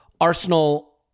Arsenal